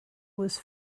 was